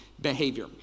behavior